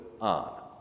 on